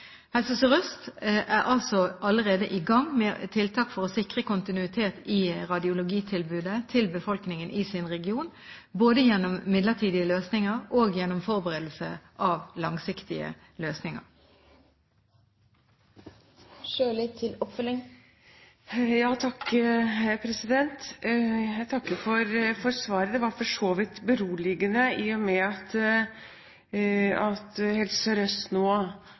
Helse Sør-Øst er altså allerede i gang med tiltak for å sikre kontinuitet i radiologitilbudet til befolkningen i sin region, både gjennom midlertidige løsninger og gjennom forberedelse av langsiktige løsninger. Jeg takker for svaret. Det var for så vidt beroligende, i og med at Helse Sør-Øst nå har gått inn og vil sikre befolkningen et røntgentilbud, og at de nå